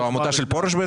זאת העמותה של פרוש?